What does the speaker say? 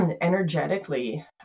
energetically